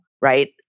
right